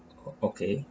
okay